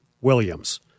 Williams